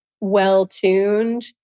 well-tuned